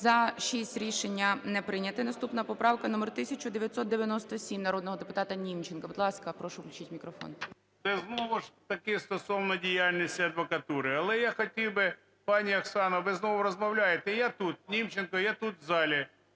За-6 Рішення не прийнято. Наступна поправка номер 1997 народного депутата Німченка. Будь ласка, прошу включіть мікрофон. 11:31:18 НІМЧЕНКО В.І. Це знову ж таки стосовно діяльності адвокатури. Але я хотів би, пані Оксана, ви знову розмовляєте, я тут Німченко, я тут в залі.